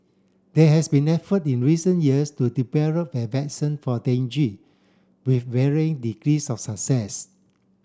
there has been effort in recent years to a for with varying degrees of success